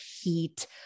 heat